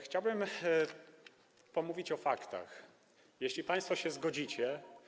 Chciałbym pomówić o faktach, jeśli państwo się zgodzicie.